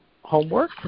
homework